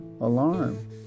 alarm